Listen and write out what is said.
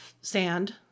sand